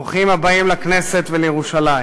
ברוכים הבאים לכנסת ולירושלים.